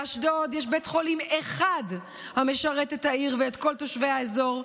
באשדוד יש בית חולים אחד המשרת את העיר ואת כל תושבי האזור,